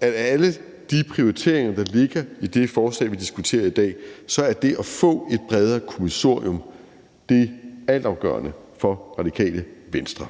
at af alle de prioriteringer, der ligger i det forslag, vi diskuterer i dag, er det at få et bredere kommissorium det altafgørende for Radikale Venstre.